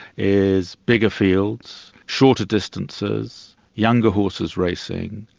is bigger fields, shorter distances, younger horses racing,